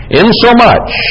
insomuch